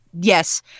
yes